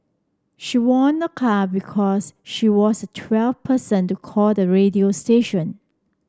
she won a car because she was the twelfth person to call the radio station